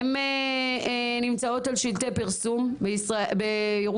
הן נמצאות על שלטי פרסום בירושלים,